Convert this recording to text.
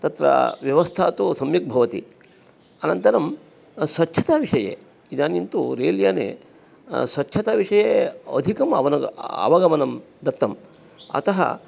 तत्र व्यवस्था तु सम्यक् भवति अनन्तरं स्वच्छताविषये इदानीन्तु रेल् याने स्वच्छताविषये अधिकं अवगमनं दत्तम् अतः